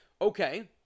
Okay